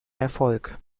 erfolg